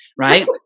Right